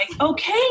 okay